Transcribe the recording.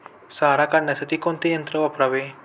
सारा काढण्यासाठी कोणते यंत्र वापरावे?